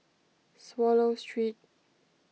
Swallow Street